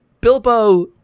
Bilbo